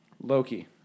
Loki